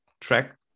track